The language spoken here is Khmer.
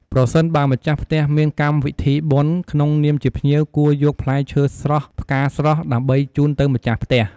ប្រសិនបើម្ចាស់ផ្ទះមានកម្មវិធីបុណ្យក្នុងនាមជាភ្ញៀវគួរយកផ្លែឈើស្រស់ផ្ការស្រស់ ដើម្បីជូនទៅម្ចាស់ផ្ទះ។